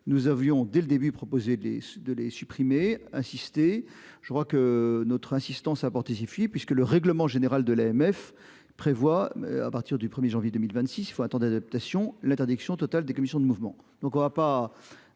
nous avions dès le début proposé de les de les supprimer assisté. Je crois que notre assistance apportée puisque le règlement général de l'AMF prévoit à partir du 1er janvier 2026. Faut attendez adaptation l'interdiction totale des commissions de mouvement donc on va pas.